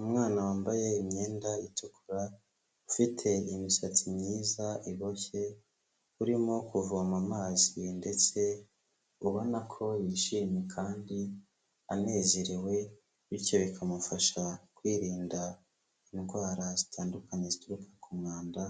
Umwana wambaye imyenda itukura, ufite imisatsi myiza iboshye, urimo kuvoma amazi ndetse ubona ko yishimye kandi anezerewe bityo bikamufasha kwirinda indwara zitandukanye, zituruka ku mwanda